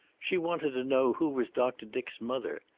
she wanted to know who was doctor dick's mother.